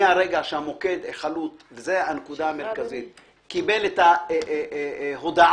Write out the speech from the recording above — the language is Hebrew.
מרגע שהמוקד קיבל את ההודעה,